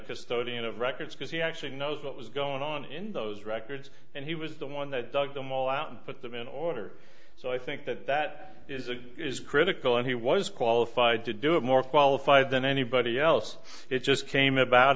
custodian of records because he actually knows what was going on in those records and he was the one that dug them all out and put them in order so i think that that is a critical and he was qualified to do it more qualified than anybody else it just came about